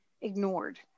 ignored